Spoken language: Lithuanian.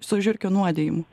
su žiurkių nuodijimu